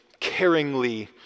caringly